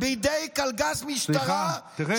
נרצח בידי קלגס משטרה, סליחה, תרד.